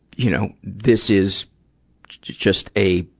you know, this is just a,